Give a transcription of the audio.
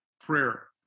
prayer